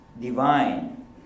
divine